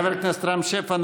חבר הכנסת רם שפע,